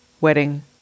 wedding